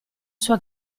sua